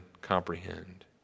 comprehend